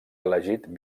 elegit